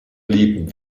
lieben